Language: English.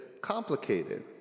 complicated